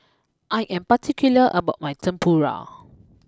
I am particular about my Tempura